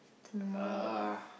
uh